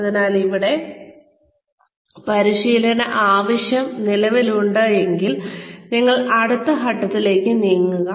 അതിനാൽ ഇവിടെ പരിശീലന ആവശ്യം നിലവിലുണ്ടെങ്കിൽ നിങ്ങൾ അടുത്ത ഘട്ടത്തിലേക്ക് നീങ്ങുക